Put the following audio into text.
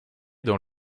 dans